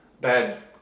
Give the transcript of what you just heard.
bad